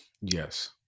Yes